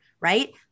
right